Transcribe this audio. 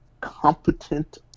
competent